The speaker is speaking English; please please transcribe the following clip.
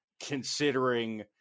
considering